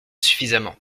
suffisamment